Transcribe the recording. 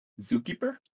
Zookeeper